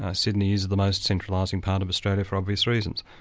ah sydney is the most centralising part of australia for obvious reasons,